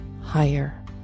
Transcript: higher